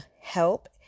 help